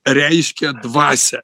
reiškia dvasią